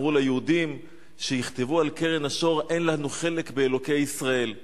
אמרו ליהודים שיכתבו על קרן השור: אין לנו חלק באלוקי ישראל.